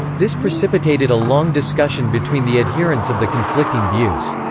this precipitated a long discussion between the adherents of the conflicting views.